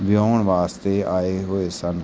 ਵਿਆਹੁਣ ਵਾਸਤੇ ਆਏ ਹੋਏ ਸਨ